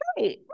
right